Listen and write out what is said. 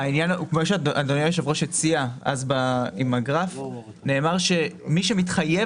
אדוני היושב ראש הציע בגרף ונאמר שמי שמתחייב